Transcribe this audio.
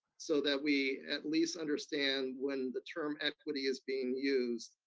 so that we at least understand when the term equity is being used,